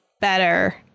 better